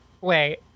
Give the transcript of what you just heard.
Wait